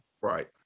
right